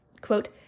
Quote